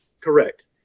Correct